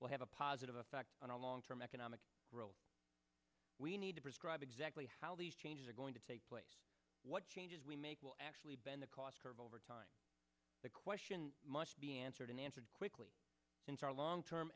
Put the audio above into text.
will have a positive effect on our long term economic growth we need to prescribe exactly how these changes are going to take place what changes we make will actually bend the cost curve over time the question must be answered and answered quickly since our long term